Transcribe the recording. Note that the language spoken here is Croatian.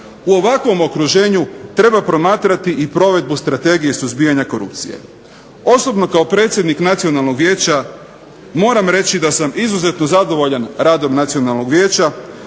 U ovakvom okruženju treba promatrati i provedbu Strategije suzbijanja korupcije. Osobno kao predsjednik Nacionalnog vijeća moram reći da sam izuzetno zadovoljan radom Nacionalnog vijeća.